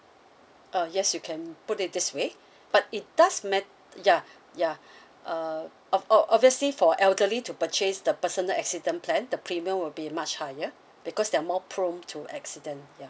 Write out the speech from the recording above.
uh yes you can put it this way but it does mat~ ya ya err oh obviously for elderly to purchase the personal accident plan the premium will be much higher because they are more prone to accident ya